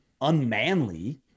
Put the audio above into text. unmanly